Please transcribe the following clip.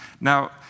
Now